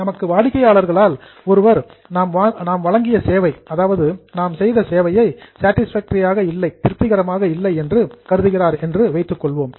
நமது வாடிக்கையாளர்களில் ஒருவர் நாம் வழங்கிய சேவை சேட்டிஸ்ஃபேக்டரி திருப்திகரமாக இல்லை என்று கருதுகிறார் என்று வைத்துக்கொள்வோம்